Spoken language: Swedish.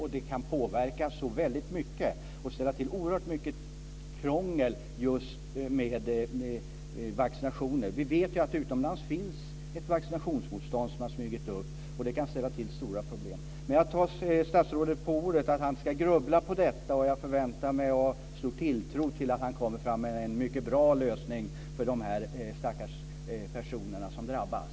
Och det kan påverka så väldigt mycket och ställa till oerhört mycket krångel just med vaccinationer. Vi vet ju att det utomlands har smugit upp ett vaccinationsmotstånd, och det kan ställa till stora problem. Men jag tar statsrådet på ordet när det gäller att han ska grubbla på detta. Jag förväntar mig och har stor till tilltro till att han kommer fram till en mycket bra lösning för dessa stackars personer som drabbas.